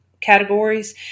categories